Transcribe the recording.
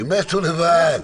הם מתו לבד.